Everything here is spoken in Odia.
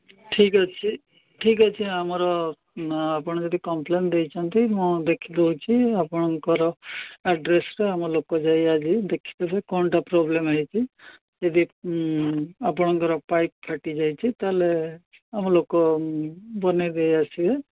ଠିକ୍ ଅଛି ଠିକ୍ ଅଛି ଆମର ଆପଣ ଯଦି କମ୍ପ୍ଲେନ୍ ଦେଇଛନ୍ତି ମୁଁ ଦେଖିଦଉଛି ଆପଣଙ୍କର ଆଡ୍ରେସ୍ରେ ଆମ ଲୋକ ଯାଇ ଆଜିି ଦେଖିଦେବେ କ'ଣଟା ପ୍ରୋବ୍ଲେମ୍ ହେଇଛି ଯଦି ଆପଣଙ୍କର ପାଇପ୍ ଫାଟିଯାଇଛି ତା'ହେଲେ ଆମ ଲୋକ ବନାଇ ଦେଇଆସିବେ